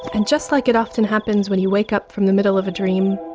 and just like it often happens when you wake up from the middle of a dream,